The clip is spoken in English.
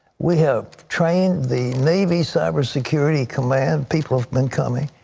we have trained the navy cyber security command. people have been coming.